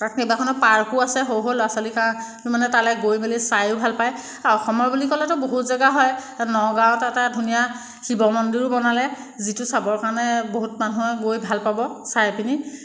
তাত কেইবাখনো পাৰ্কো আছে সৰু সৰু ল'ৰা ছোৱালীৰ মানে তালৈ গৈ মেলি চায়ো ভালপায় আৰু অসমৰ বুলি ক'লেতো বহুত জেগাই হয় নগাঁওত এটা ধুনীয়া শিৱ মন্দিৰো বনালে যিটো চাবৰ কাৰণে বহুত মানুহে গৈ ভাল পাব চাই পিনি